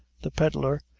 the pedlar,